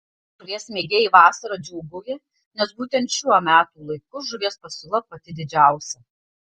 žuvies mėgėjai vasarą džiūgauja nes būtent šiuo metų laiku žuvies pasiūla pati didžiausia